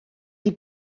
chi